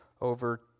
over